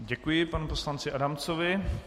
Děkuji panu poslanci Adamcovi.